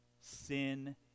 Sin